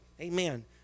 Amen